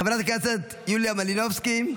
חברת הכנסת יוליה מלינובסקי,